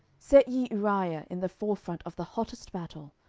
set ye uriah in the forefront of the hottest battle,